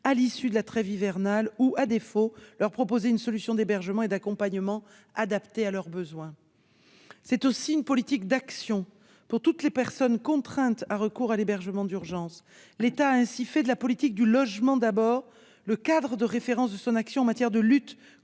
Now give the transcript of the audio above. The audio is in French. à l'issue de la trêve hivernale ou, à défaut, de leur proposer une solution d'hébergement et d'accompagnement adaptée à leurs besoins. C'est aussi une politique d'action pour toutes les personnes contraintes de recourir à l'hébergement d'urgence. L'État a ainsi fait de la politique du « Logement d'abord » le cadre de référence de son action de lutte